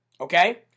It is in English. okay